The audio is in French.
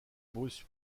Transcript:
bruce